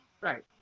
Right